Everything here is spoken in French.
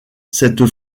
cette